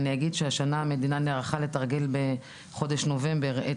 אבל אני אגיד המדינה נערכה לתרגיל בחודש נובמבר את